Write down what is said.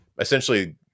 essentially